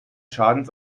schadens